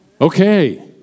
Okay